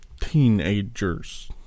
Teenagers